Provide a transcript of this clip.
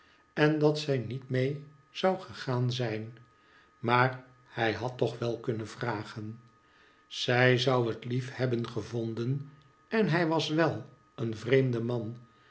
en dat zij niet mee zou gegaan zijn maar hij had toch wel kunnen vragen zij zou het lief hebben gevonden en hij was wel een vreemde man